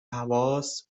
حواس